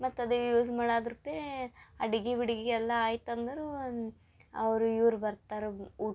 ಮತ್ತು ಅದೇ ಯೂಸ್ ಮಾಡಿ ಆದ್ರುಪೇ ಅಡ್ಗೆ ಬಡ್ಗೆ ಎಲ್ಲ ಆಯಿತು ಅಂದ್ರೆ ಅವರು ಇವರು ಬರ್ತಾರ